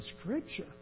scripture